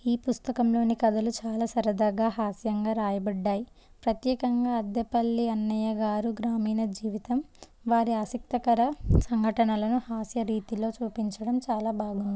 ఈ పుస్తకంలోని కథలు చాలా సరదాగా హాస్యంగా వ్రాయబడ్డాయి ప్రత్యేకంగా అద్దెపల్లి అన్నయ్య గారు గ్రామీణ జీవితం వారి ఆసక్తికర సంఘటనలను హాస్య రీతిలో చూపించడం చాలా బాగుంది